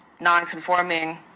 non-conforming